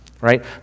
right